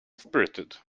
spirited